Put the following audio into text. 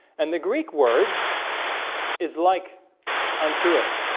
and the greek word is like unto it